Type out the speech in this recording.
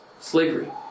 slavery